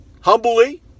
humbly